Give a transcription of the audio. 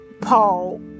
Paul